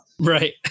Right